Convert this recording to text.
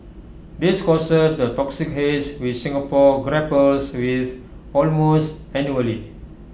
this causes the toxic haze which Singapore grapples with almost annually